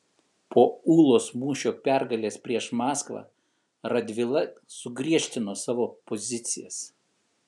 po ūlos mūšio pergalės prieš maskvą radvila sugriežtino savo pozicijas